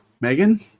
Megan